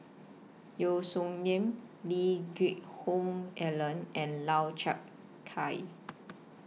Yeo Song Nian Lee Geck Hoon Ellen and Lau Chiap Khai